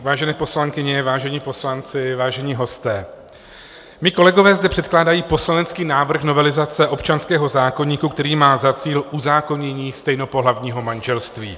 Vážené poslankyně, vážení poslanci, vážení hosté, mí kolegové zde předkládají poslanecký návrh novelizace občanského zákoníku, který má za cíl uzákonění stejnopohlavního manželství.